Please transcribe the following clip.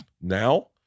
Now